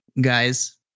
guys